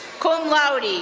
cum laude,